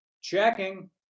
Checking